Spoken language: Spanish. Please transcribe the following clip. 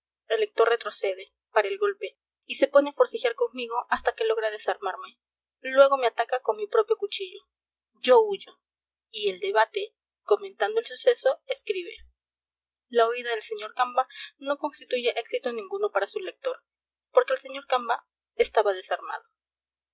el lector retrocede para el golpe y se pone a forcejear conmigo hasta que logra desarmarme luego me ataca con mi propio cuchillo yo huyo y el debate comentando el suceso escribe la huida del sr camba no constituye éxito ninguno para su lector porque el sr camba estaba desarmado